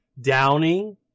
downing